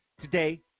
today